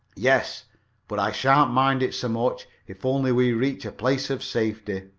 yes but i sha'n't mind it so much, if only we reach a place of safety.